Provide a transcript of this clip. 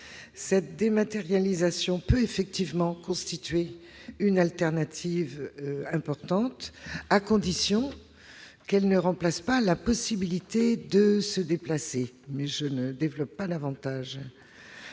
Cette dématérialisation peut effectivement constituer une alternative importante, à condition qu'elle ne remplace pas la possibilité de se déplacer- mais je ne développerai pas davantage.